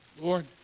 Lord